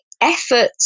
effort